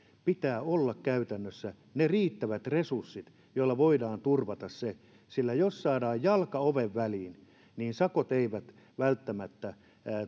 pitää olla käytännössä riittävät resurssit joilla voidaan turvata se sillä jos saadaan jalka oven väliin niin sakot eivät välttämättä